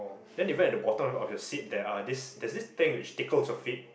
then even at the bottom of your seat there are this there's this thing which tickles your feet